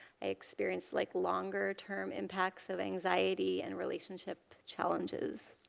i experienced like longer-term impacts of anxiety and relationship challenges.